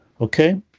Okay